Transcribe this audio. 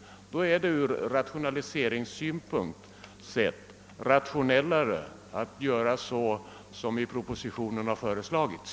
Då är det ur rationaliseringssynpunkt bättre att förfara så som i propositionen har föreslagits.